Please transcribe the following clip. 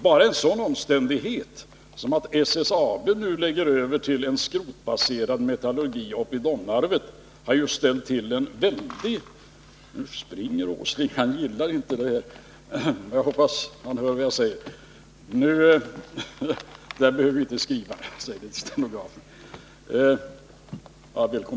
Bara en sådan omständighet som att SSAB nu lägger över till en skrotbaserad metallurgi i Domnarvet har ställt till en väldig uppståndelse.